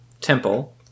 temple